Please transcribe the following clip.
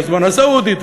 היוזמה הסעודית,